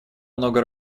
много